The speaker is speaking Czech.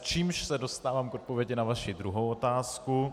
Čímž se dostávám k odpovědi na vaši druhou otázku.